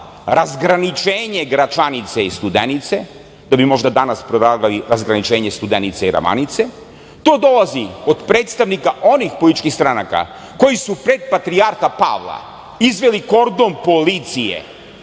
razgraničenje Gračanice i Studenice, da bi možda danas predlagali razgraničenje Studenice i Ravanice. To dolazi od predstavnika onih političkih stranaka koje su pred patrijarha Pavla izvele kordon policije